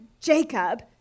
Jacob